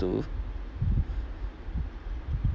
to